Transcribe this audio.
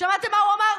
שמעתם מה הוא אמר?